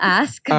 ask